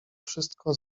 wszystko